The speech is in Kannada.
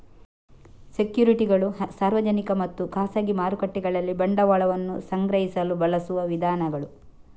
ಸೆಕ್ಯುರಿಟಿಗಳು ಸಾರ್ವಜನಿಕ ಮತ್ತು ಖಾಸಗಿ ಮಾರುಕಟ್ಟೆಗಳಲ್ಲಿ ಬಂಡವಾಳವನ್ನ ಸಂಗ್ರಹಿಸಲು ಬಳಸುವ ವಿಧಾನಗಳು